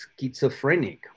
schizophrenic